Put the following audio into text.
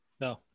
no